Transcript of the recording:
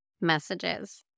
messages